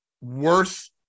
worth